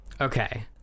Okay